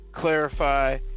clarify